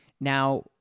Now